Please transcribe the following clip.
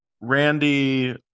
randy